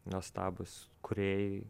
nuostabūs kūrėjai